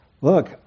Look